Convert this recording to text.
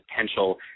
potential